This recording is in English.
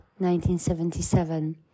1977